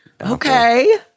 Okay